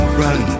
run